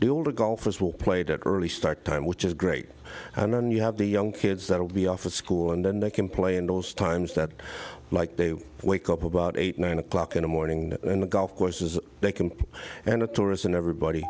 the golfers will play to early start time which is great and then you have the young kids that will be off to school and then they can play in those times that like they wake up about eight nine o'clock in the morning in the golf courses they can and the tourists and everybody